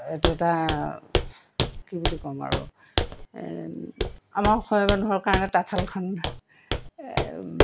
এইটো এটা কি বুলি ক'ম আৰু আমাৰ অসমীয়া মানুহৰ কাৰণে তাঁতশালখন